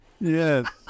Yes